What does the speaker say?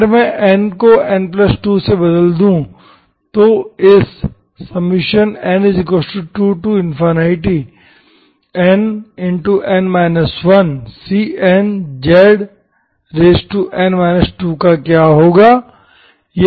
अगर मैं n को n 2 से बदल दूं तो इस n2nn 1cnzn 2 का क्या होगा